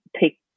take